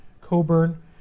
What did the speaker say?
Coburn